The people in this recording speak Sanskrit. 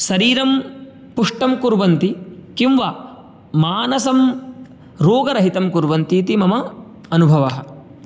शरीरं पुष्टं कुर्वन्तिं किम्वा मानसं रोगरहितं कुर्वन्ति इति मम अनुभवः